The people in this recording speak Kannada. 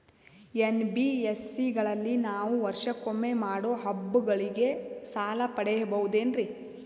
ಎನ್.ಬಿ.ಎಸ್.ಸಿ ಗಳಲ್ಲಿ ನಾವು ವರ್ಷಕೊಮ್ಮೆ ಮಾಡೋ ಹಬ್ಬಗಳಿಗೆ ಸಾಲ ಪಡೆಯಬಹುದೇನ್ರಿ?